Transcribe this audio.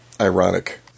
ironic